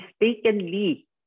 mistakenly